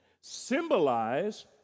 symbolize